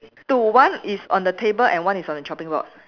two one is on the table and one is on the chopping board